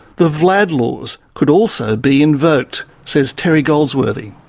the vlad laws could also be invoked, says terry goldsworthy.